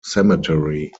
cemetery